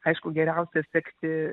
aišku geriausia sekti